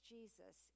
Jesus